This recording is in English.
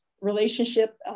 relationship